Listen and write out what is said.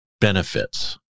benefits